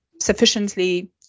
sufficiently